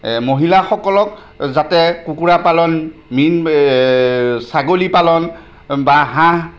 মহিলাসকলক যাতে কুকুৰা পালন মীন ছাগলী পালন বা হাঁহ